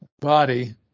body